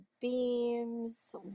beams